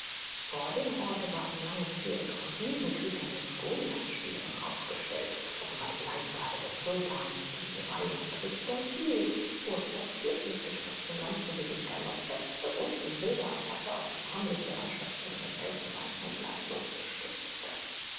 vor dem orte war ein langes viereck von riesenkriegern mit goliathspeeren aufgestellt offenbar die leibgarde des sultans die reih und richtung hielt urplötzlich mit gestreckten lanzen sich in galopp setzte und in wilder attacke auf die harmlos heranspazierenden elfenbeinhändler losstürzte